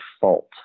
fault